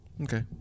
Okay